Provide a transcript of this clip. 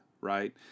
right